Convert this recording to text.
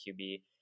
QB